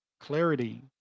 clarity